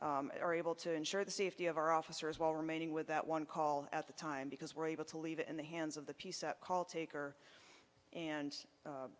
able to ensure the safety of our officers while remaining with that one call at the time because we're able to leave in the hands of the peace call taker and